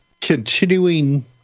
continuing